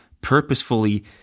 purposefully